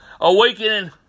Awakening